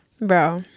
Bro